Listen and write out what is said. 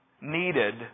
needed